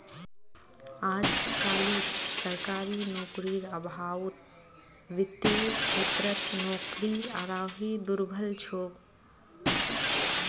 अजकालित सरकारी नौकरीर अभाउत वित्तेर क्षेत्रत नौकरी आरोह दुर्लभ छोक